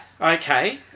Okay